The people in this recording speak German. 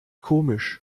komisch